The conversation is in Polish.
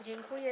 Dziękuję.